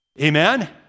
Amen